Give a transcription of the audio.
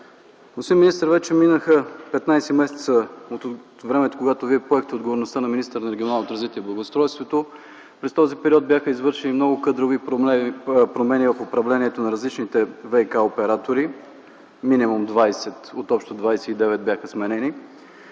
Господин министър, вече минаха 15 месеца от времето, когато Вие поехте отговорността на министър на регионалното развитие и благоустройството. През този период бяха извършени много кадрови промени в управлението на различните ВиК оператори – минимум 20 от общо 29, бяха сменени.